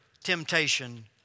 temptation